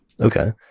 Okay